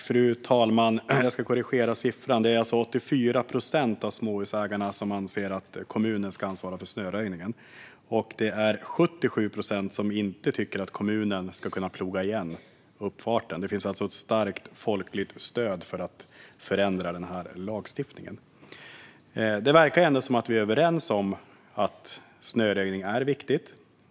Fru talman! Jag ska korrigera siffran. Det är alltså 84 procent av småhusägarna som anser att kommunen ska ansvara för snöröjningen, och 77 procent anser att kommunen inte ska kunna ploga igen uppfarten. Det finns alltså ett starkt folkligt stöd för att förändra lagstiftningen. Det verkar ändå som att vi är överens om att snöröjning är viktigt.